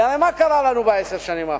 כי הרי מה קרה לנו בעשר השנים האחרונות?